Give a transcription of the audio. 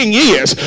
years